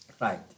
Right